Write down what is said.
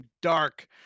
dark